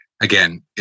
again